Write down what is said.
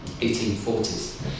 1840s